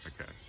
Okay